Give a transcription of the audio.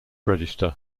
register